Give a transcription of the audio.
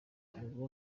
ubu